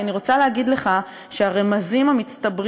כי אני רוצה להגיד לך שהרמזים המצטברים